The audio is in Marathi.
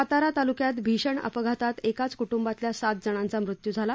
सातारा तालुक्यात भीषण अपघातात एकाच कुटुंबातल्या सात जणांचा मृत्यू झाला